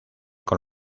con